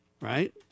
Right